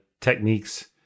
techniques